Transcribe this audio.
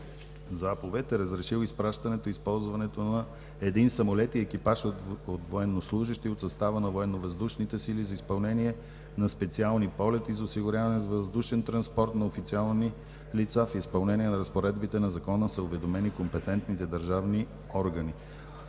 заповед е разрешил изпращането и използването на един самолет и екипаж от военнослужещи от състава на Военновъздушните сили за изпълнение на специални полети за осигуряване с въздушен транспорт на официални лица. В изпълнение на разпоредбите на закона са уведомени компетентните държавни органи.